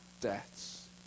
deaths